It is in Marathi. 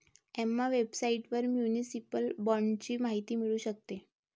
एम्मा वेबसाइटवर म्युनिसिपल बाँडची माहिती मिळू शकते